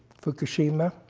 fukushima